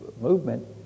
movement